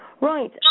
Right